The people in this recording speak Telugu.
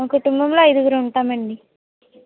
మా కుటుంబంలో ఐదుగురు ఉంటాం అండి